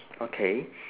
okay